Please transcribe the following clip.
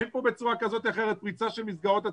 אין פה בצורה כזו או אחרת פריצה של מסגרות התקציב,